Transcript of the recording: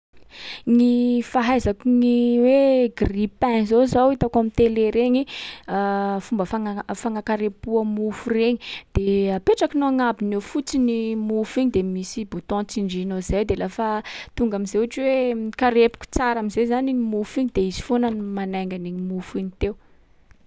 Gny fahaizako gny hoe grille-pain zao zao hitako amy télé regny fomba fagnana- fagnakarepoha mofo regny. De apetrakinao agnabony eo fotsiny i mofo iny de misy bouton tsindrianao zay. De lafa tonga am’zay ohatry hoe mikarepoky tsara am’zay zany iny mofo iny de izy foana no manainga an’iny mofo iny teo.